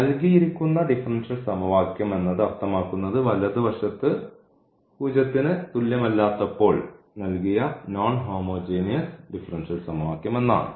നൽകിയിരിക്കുന്ന ഡിഫറൻഷ്യൽ സമവാക്യം എന്നത് അർത്ഥമാക്കുന്നത് വലതുവശത്ത് 0 ന് തുല്യമല്ലാത്തപ്പോൾ നൽകിയ നോൺ ഹോമോജീനിയസ് ഡിഫറൻഷ്യൽ സമവാക്യം എന്നാണ്